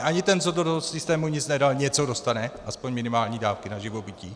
I ten, co do toho systému nic nedal, něco dostane, alespoň minimální dávky na živobytí.